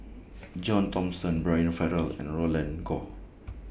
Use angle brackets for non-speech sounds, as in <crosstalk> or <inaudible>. John Thomson Brian Farrell <noise> and Roland Goh